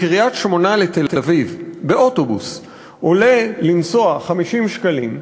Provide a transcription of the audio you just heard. לנסוע מקריית-שמונה לתל-אביב באוטובוס עולה 50 שקלים,